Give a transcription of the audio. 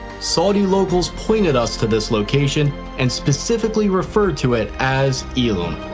saudi locals pointed us to this location and specifically referred to it as elim.